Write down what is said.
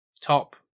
top